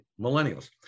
millennials